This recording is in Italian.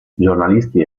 giornalisti